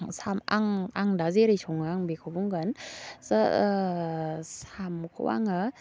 साम आं आं दा जेरै सङो आं बेखौ बुंगोन साम'खौ आङो